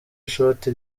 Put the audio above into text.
ishoti